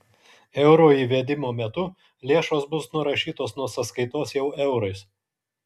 euro įvedimo metu lėšos bus nurašytos nuo sąskaitos jau eurais